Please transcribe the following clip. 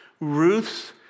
Ruth's